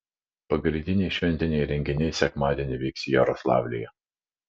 pagrindiniai šventiniai renginiai sekmadienį vyks jaroslavlyje